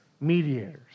mediators